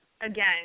Again